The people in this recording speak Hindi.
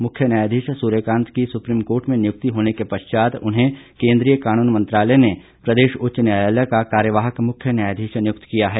मुख्य न्यायाधीश सुर्यकांत के सुप्रीम कोर्ट में नियुक्ति होने के पश्चात उन्हें केंद्रीय कानून मंत्रालय ने प्रदेश उच्च न्यायालय का कार्यवाहक मुख्य न्यायाधीश नियुक्त किया है